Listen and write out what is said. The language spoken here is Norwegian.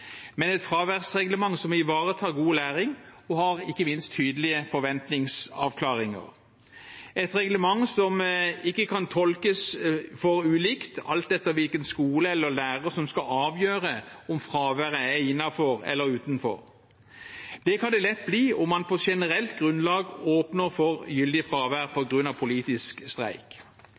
men et fraværsreglement som ivaretar god læring og ikke minst har tydelige forventningsavklaringer – et reglement som ikke kan tolkes for ulikt, alt etter hvilken skole eller hvilken lærer som skal avgjøre om fraværet er innenfor eller utenfor. Det kan det lett bli om man på generelt grunnlag åpner for gyldig fravær på grunn av politisk streik.